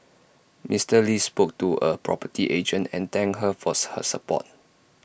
Mister lee spoke to A property agent and thank her for her support